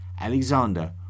Alexander